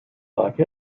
like